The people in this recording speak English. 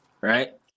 right